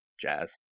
jazz